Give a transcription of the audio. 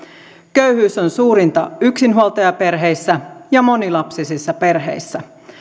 köyhyys on suurinta yksinhuoltajaperheissä ja monilapsisissa perheissä